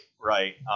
right